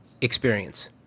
experience